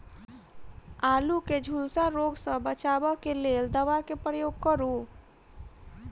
आलु केँ झुलसा रोग सऽ बचाब केँ लेल केँ दवा केँ प्रयोग करू?